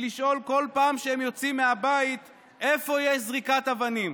לשאול כל פעם שהם יוצאים מהבית איפה יש זריקת אבנים